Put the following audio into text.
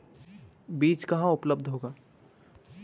बीज कहाँ उपलब्ध होगा?